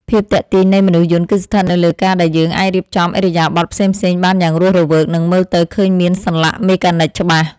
ភាពទាក់ទាញនៃមនុស្សយន្តគឺស្ថិតនៅលើការដែលយើងអាចរៀបចំឥរិយាបថផ្សេងៗបានយ៉ាងរស់រវើក និងមើលទៅឃើញមានសន្លាក់មេកានិចច្បាស់។